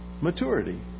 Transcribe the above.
maturity